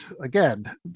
again